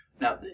Now